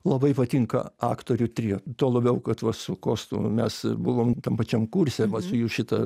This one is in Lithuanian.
labai patinka aktorių trio tuo labiau kad va su kostu mes buvom tam pačiam kurse va su jų šita